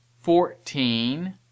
fourteen